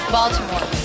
Baltimore